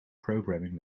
programming